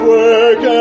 work